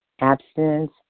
abstinence